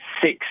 six